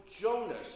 Jonas